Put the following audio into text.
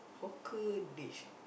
hawker dish